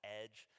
edge